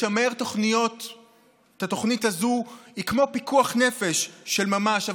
לשמר את התוכנית הזאת זה כמו פיקוח נפש של ממש,